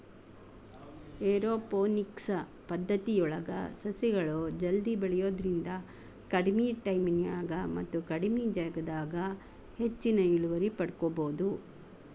aeroponics ಪದ್ದತಿಯೊಳಗ ಸಸಿಗಳು ಜಲ್ದಿ ಬೆಳಿಯೋದ್ರಿಂದ ಕಡಿಮಿ ಟೈಮಿನ್ಯಾಗ ಮತ್ತ ಕಡಿಮಿ ಜಗದಾಗ ಹೆಚ್ಚಿನ ಇಳುವರಿ ಪಡ್ಕೋಬೋದು